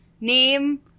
name